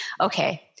okay